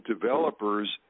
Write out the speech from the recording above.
developers